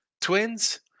Twins